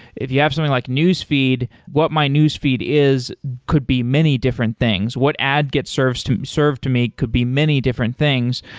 if you have something like newsfeed, what my newsfeed is could be many different things. what ad get served to served to me could be many different things.